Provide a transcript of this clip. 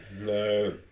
no